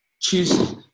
choose